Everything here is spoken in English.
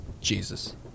Jesus